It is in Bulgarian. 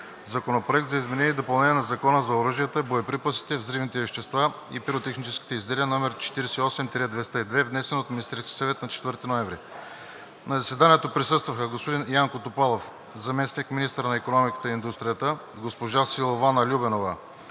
Законопроект за изменение и допълнение на Закона за оръжията, боеприпасите, взривните вещества и пиротехническите изделия, № 48-202-01-32, внесен от Министерския съвет на 4 ноември 2022 г. На заседанието присъстваха: господин Янко Топалов – заместник-министър на икономиката и индустрията, госпожа Силвана Любенова